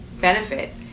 benefit